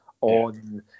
on